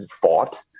fought